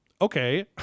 okay